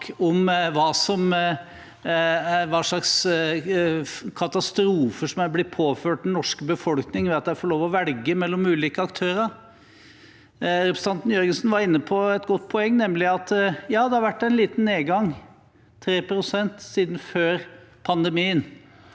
om hva slags katastrofer som er blitt påført den norske befolkning ved at de får lov til å velge mellom ulike aktører. Representanten Jørgensen var inne på et godt poeng, nemlig at ja, det har vært en liten nedgang på 3 pst. siden før pandemien,